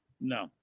No